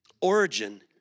origin